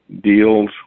deals